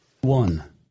One